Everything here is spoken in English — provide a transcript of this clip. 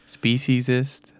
Speciesist